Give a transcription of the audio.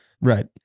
right